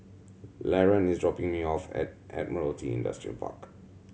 Laron is dropping me off at at Admiralty Industrial Park